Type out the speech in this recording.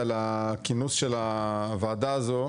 על הכינוס של הוועדה הזו.